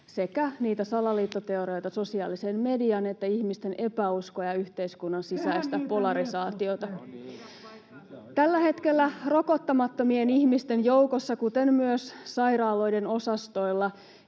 sekä niitä salaliittoteorioita sosiaaliseen mediaan että ihmisten epäuskoa ja yhteiskunnan sisäistä polarisaatiota. [Jussi Saramo: Tehän niitä lietsotte!] Tällä hetkellä rokottamattomien ihmisten joukossa kuten myös sairaaloiden osastoilla